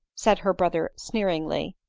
said her brother sneeringly,